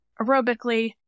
aerobically